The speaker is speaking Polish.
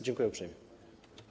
Dziękuję uprzejmie.